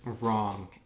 Wrong